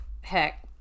Heck